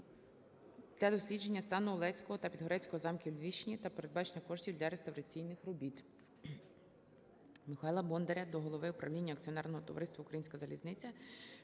для дослідження стану Олеського та Підгорецького замків Львівщини, та передбачення коштів для реставраційних робіт. Михайла Бондаря до голови правління акціонерного товариства "Українська залізниця"